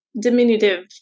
diminutive